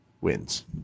wins